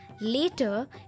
Later